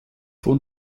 von